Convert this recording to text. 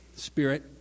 Spirit